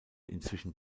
inzwischen